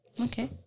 Okay